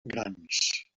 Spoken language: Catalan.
grans